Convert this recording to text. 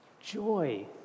Joy